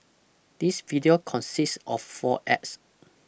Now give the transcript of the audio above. this video consist of four acts